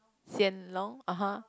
Hsien Loong (uh huh)